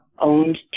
owned